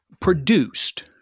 produced